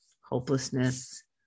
hopelessness